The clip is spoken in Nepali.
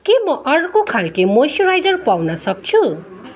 के म अर्को खाल्के मोइस्चराइजर पाउन सक्छु